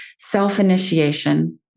Self-initiation